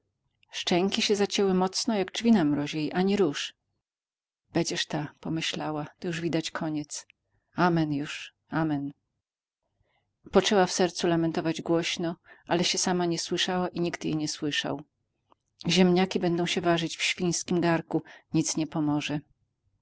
szczęki się zacięły mocno jak drzwi na mrozie i ani rusz bedziesz ta pomyślała to już widać koniec amen już amen poczęła w sercu lamentować głośno ale się sama nie słyszała i nikt jej nie słyszał ziemniaki będą się warzyć w świńskim garnku nic nie pomoże